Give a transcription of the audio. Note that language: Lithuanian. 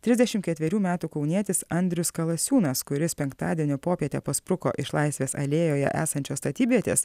trisdešimt ketverių metų kaunietis andrius kalasiūnas kuris penktadienio popietę paspruko iš laisvės alėjoje esančios statybvietės